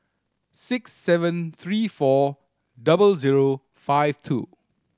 six seven three four double zero five two